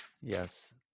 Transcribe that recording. Yes